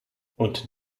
und